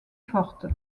fortes